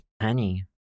Honey